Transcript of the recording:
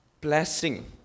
blessing